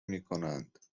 میکنند